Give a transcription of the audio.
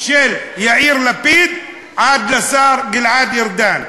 של יאיר לפיד עד לשר גלעד ארדן,